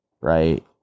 Right